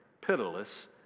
pitiless